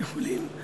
איחולים.